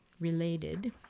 related